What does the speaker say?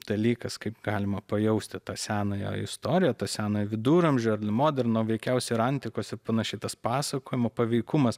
dalykas kaip galima pajausti tą senąją istoriją tą senąją viduramžių ar nu moderno veikiausiai ir antikos ir panašiai tas pasakojimo paveikumas